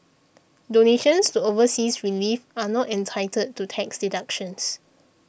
donations to overseas relief are not entitled to tax deductions